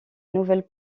nouvelle